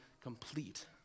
complete